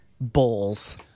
Bowls